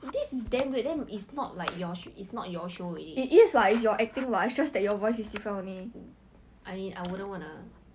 deeper in real life but then on the show is very high pitch if you put side by side right they are legit saying the same things the same exact script